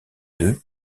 deux